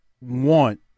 want